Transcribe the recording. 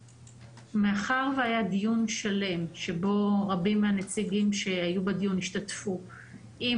מאחר שהיה דיון שלם שבו רבים מהנציגים שהיו בדיון עם נפאל